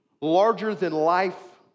larger-than-life